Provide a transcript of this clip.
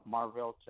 Marvel